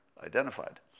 identified